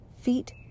feet